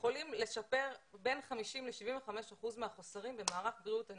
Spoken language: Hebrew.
יכולים לשפר בין 50 ל-75 אחוז מהחוסרים במערך בריאות הנפש.